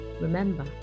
remember